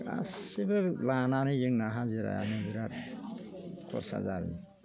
गासिबो लानानै जोंना हाजिराया बिराद खरसा जायो